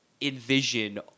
Envision